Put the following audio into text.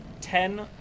Ten